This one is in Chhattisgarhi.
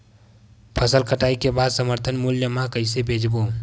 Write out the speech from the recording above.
फसल कटाई के बाद समर्थन मूल्य मा कइसे बेचबो?